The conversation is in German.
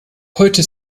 heute